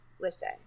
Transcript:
listen